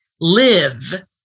live